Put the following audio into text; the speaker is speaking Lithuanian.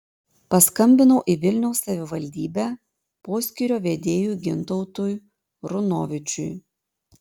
paskambinau į vilniaus savivaldybę poskyrio vedėjui gintautui runovičiui